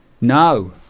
no